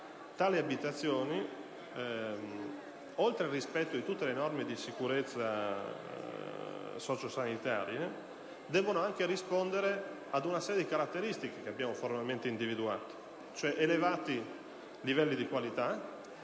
Tali abitazioni, oltre al rispetto di tutte le norme di sicurezza socio-sanitarie, devono anche rispondere ad una serie di caratteristiche che abbiamo formalmente individuato: elevati livelli di qualità,